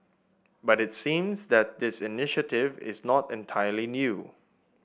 but it seems that this initiative is not entirely new